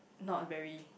not very